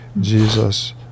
Jesus